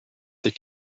the